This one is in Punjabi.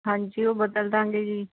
ਹਾਂਜੀ ਉਹ ਬਦਲ ਦੇਵਾਂਗੇ ਜੀ